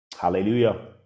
Hallelujah